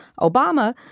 Obama